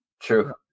True